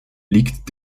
liegt